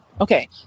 okay